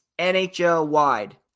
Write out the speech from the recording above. NHL-wide